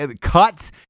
Cuts